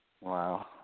Wow